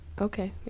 okay